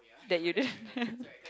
that you didn't